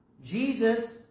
Jesus